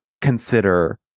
consider